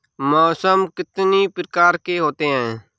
मौसम कितनी प्रकार के होते हैं?